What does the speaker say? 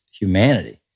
humanity